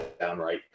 downright